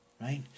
right